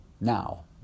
Now